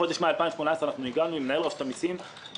בחודש מאי 2018 הגענו עם מנהל רשות המסים לכל